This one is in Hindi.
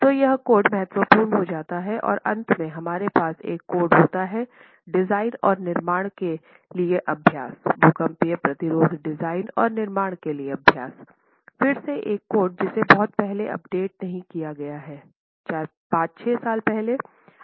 तो यह कोड महत्वपूर्ण हो जाता है और अंत में हमारे पास एक कोड होता है डिजाइन और निर्माण के लिए अभ्यास भूकंप प्रतिरोधी डिजाइन और निर्माण के लिए अभ्यास फिर से एक कोड जिसे बहुत पहले अपडेट नहीं किया गया है 5 6 साल पहले IS 4326